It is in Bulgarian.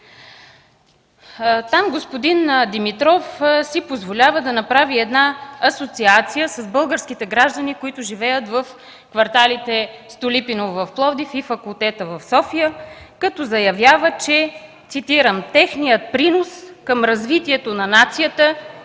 Там господин Димитров си позволява да направи една асоциация с българските граждани, които живеят в кварталите „Столипиново” в Пловдив и „Факултета” в София, като заявява, че цитирам: „Техният принос към развитието на нацията